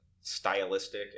stylistic